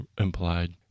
implied